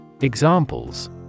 Examples